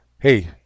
hey